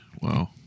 Wow